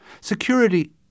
Security